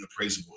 appraisable